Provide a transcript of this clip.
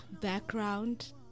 background